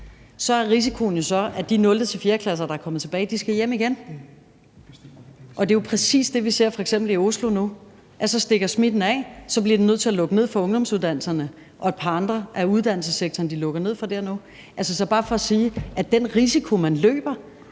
er der risiko for, at de 0.-4. klasser, der er kommet tilbage, skal hjem igen. Det er jo præcis det, vi f.eks. ser i Oslo nu, nemlig at smitten stikker af, og så bliver man nødt til at lukke ned for ungdomsuddannelserne, og der er også et par andre steder i uddannelsessektoren, de lukker ned for nu. Så det er bare for at sige, at den risiko, man løber,